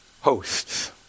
hosts